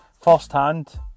firsthand